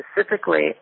specifically